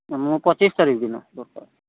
ମୁଁ ପଚିଶ ତାରିଖ ଦିନ ଦରକାର